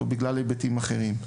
או בגלל היבטים אחרים.